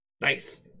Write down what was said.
Nice